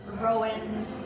Rowan